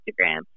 Instagram